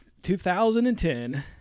2010